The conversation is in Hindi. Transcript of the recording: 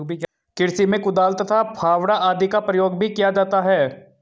कृषि में कुदाल तथा फावड़ा आदि का प्रयोग भी किया जाता है